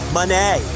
Money